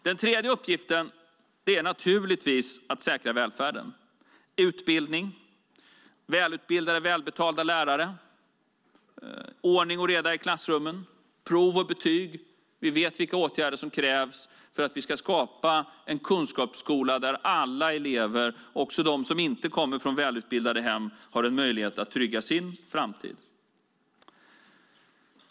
Den tredje uppgiften är naturligtvis att säkra välfärden: utbildning, välutbildade, välbetalda lärare, ordning och reda i klassrummen, prov och betyg. Vi vet vilka åtgärder som krävs för att vi ska skapa en kunskapsskola där alla elever, också de som inte kommer från välutbildade hem, har en möjlighet att trygga sin framtid.